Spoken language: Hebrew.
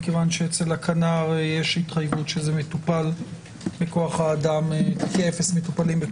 מכיוון שאצל הכנ"ר יש התחייבות שזה מטופל בכוח האדם הפנימי.